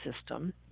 system